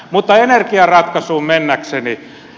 mutta energiaratkaisuun mennäkseni